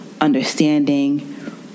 understanding